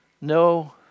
no